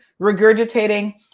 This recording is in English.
regurgitating